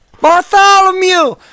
Bartholomew